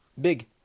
big